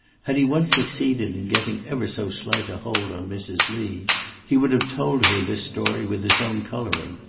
had he once succeeded in getting ever so slight a hold on mrs. lee he would have told her this story with his own colouring,